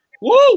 Woo